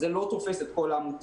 זה לא תופס את כל העמותות,